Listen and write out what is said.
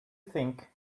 think